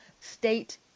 state